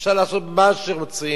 אפשר לעשות מה שרוצים,